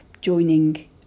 joining